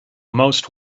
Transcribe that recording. most